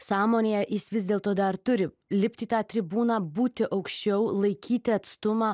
sąmonėje jis vis dėlto dar turi lipti į tą tribūną būti aukščiau laikyti atstumą